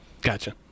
gotcha